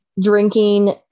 drinking